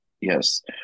yes